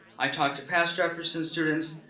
i talked to past jefferson students,